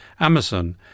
Amazon